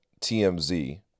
TMZ